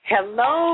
Hello